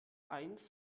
eins